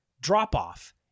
drop-off